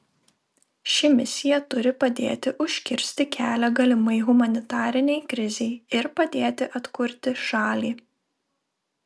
ši misija turi padėti užkirsti kelią galimai humanitarinei krizei ir padėti atkurti šalį